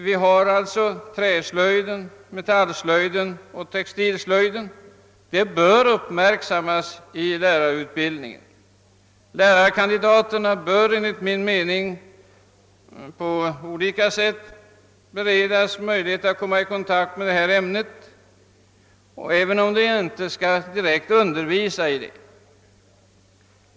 Sådant som träslöjd, metallslöjd och textilslöjd bör uppmärksammas vid lärarutbildningen och lärarkandidaterna på olika sätt beredas möjlighet att komma i kontakt med dessa ämnen, även om de inte direkt skall undervisa i dem.